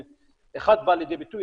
שאחד בא לידי ביטוי,